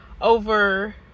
over